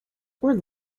were